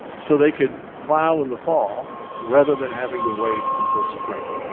so, they could file in the fall rather than having to wait until spring.